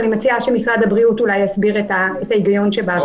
אני מציעה שמשרד הבריאות יסביר את ההיגיון שבעבירה.